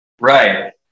Right